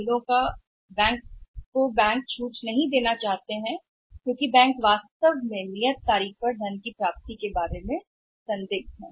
bill बैंकों की सी श्रेणी नहीं चाहते हैं छूट क्योंकि बैंक वास्तव में नियत तारीख पर धन की प्राप्ति के बारे में संदिग्ध हैं